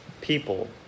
people